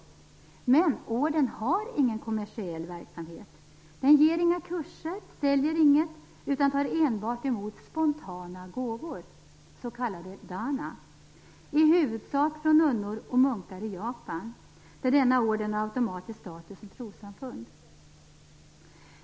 Men orden har ingen kommersiell verksamhet. Den ger inga kurser, säljer inget, utan tar enbart emot spontana gåvor, s.k. dana, i huvudsak från nunnor och munkar i Japan, där denna orden har automatisk status som trossamfund.